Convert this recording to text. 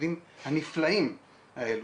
הילדים הנפלאים האלה,